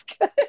good